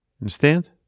understand